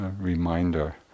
reminder